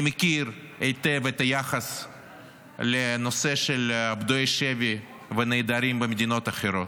אני מכיר היטב את היחס לנושא של פדויי שבי ונעדרים במדינות אחרות.